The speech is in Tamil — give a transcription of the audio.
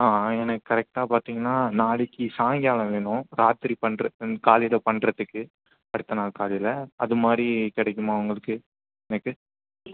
ஆ எனக்கு கரெக்டாக பார்த்திங்கன்னா நாளைக்கு சாயங்காலம் வேணும் ராத்திரி பண்ணுற காலையில் பண்ணுறதுக்கு அடுத்த நாள் காலையில் அது மாதிரி கிடைக்குமா உங்களுக்கு எனக்கு